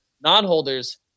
Non-holders